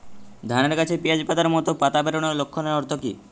ধানের গাছে পিয়াজ পাতার মতো পাতা বেরোনোর লক্ষণের অর্থ কী?